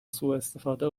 سواستفاده